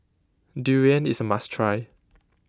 Durian is a must try